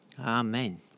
amen